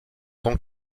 tant